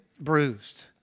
bruised